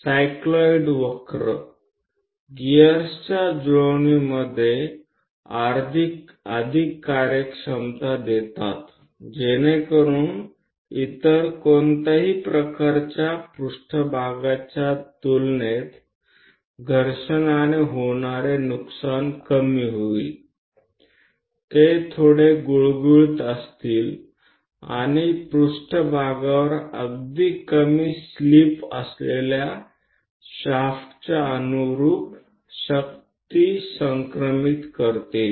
cycloid वक्र गिअर्सच्या जुळवणीमध्ये अधिक कार्यक्षमता देतात जेणेकरून इतर कोणत्याही प्रकारच्या पृष्ठभागाच्या तुलनेत घर्षणाने होणारे नुकसान कमी होईल ते थोडे गुळगुळीत असतील आणि पृष्ठभागावर अगदी कमी स्लिप असलेल्या शाफ्टच्या अनुरुप शक्ती संक्रमित करतील